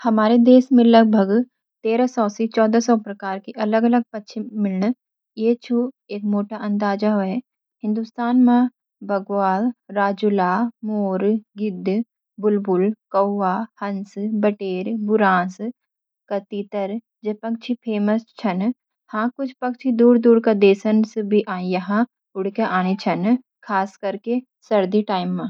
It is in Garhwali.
हमारे देश में लगभग 1300 से 1400 प्रकार के अलग-अलग पक्षी मिलण, ऐ छू एक मोटा अंदाज़ा ह्वा । हिंदुस्तान में बग्वाल, राजूला, मोर, गिद्ध, बुलबुल, कौवा, हंस, बटेर, बुरांश का तीतर जैं पक्षी फैमस छन। हां, कुछ पक्षी दूर-दूर का देशन स बि यहाँ उड़के आनी छन, खास करके सर्दी क टाइम म।